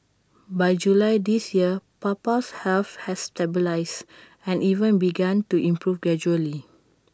by July this year Papa's health had stabilised and even begun to improve gradually